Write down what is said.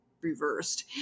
reversed